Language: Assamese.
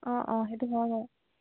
অঁ অঁ সেইটো হয় বাৰু